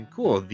Cool